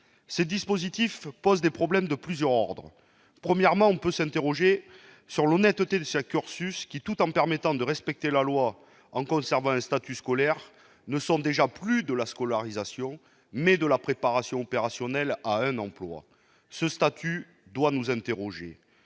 Ces derniers posent des problèmes de plusieurs ordres : on peut s'interroger sur l'honnêteté de ces cursus qui, tout en permettant de respecter la loi en conservant un statut scolaire, ne sont déjà plus de la scolarisation, mais de la préparation opérationnelle à un emploi. Il s'agit ensuite